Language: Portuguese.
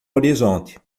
horizonte